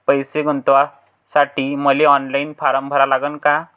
पैसे गुंतवासाठी मले ऑनलाईन फारम भरा लागन का?